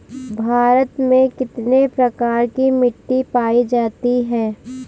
भारत में कितने प्रकार की मिट्टी पायी जाती है?